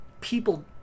people